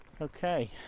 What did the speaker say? Okay